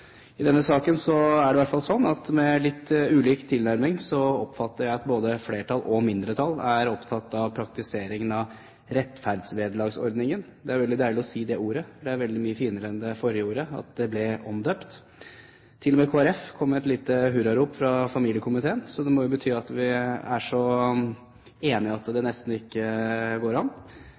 I denne saken er det i hvert fall slik at med litt ulik tilnærming oppfatter jeg at både flertall og mindretall er opptatt av praktiseringen av rettferdsvederlagsordningen. Det er veldig deilig å si det ordet, for det er veldig mye finere enn det forrige ordet, billighetserstatningsordningen, som ble omdøpt. Til og med Kristelig Folkeparti kom med et lite hurrarop fra familiekomiteen, så det må jo bety at vi er så enige at det nesten ikke går an!